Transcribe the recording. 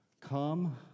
Come